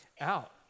out